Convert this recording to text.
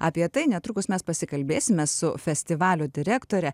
apie tai netrukus mes pasikalbėsime su festivalio direktore